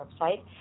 website